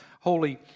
Holy